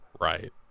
Right